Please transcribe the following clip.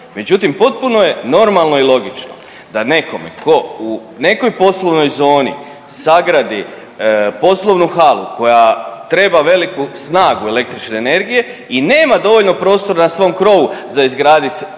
Međutim, potpuno je normalno i logično da nekome ko u nekoj poslovnoj sagradi poslovnu halu koja treba veliku snagu električne energije i nema dovoljno prostora na svom krovu za izgradit solarnu